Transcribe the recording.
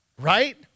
Right